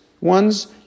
ones